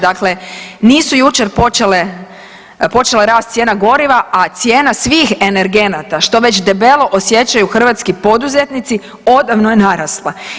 Dakle, nisu jučer počele, počela rasti cijena goriva, a cijena svih energenata što već debelo osjećaju hrvatski poduzetnici odavno je narasla.